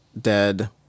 dead